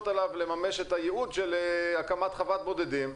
עליו לממש את הייעוד של הקמת חוות בודדים.